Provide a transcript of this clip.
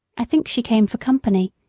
think she came for company,